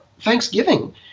Thanksgiving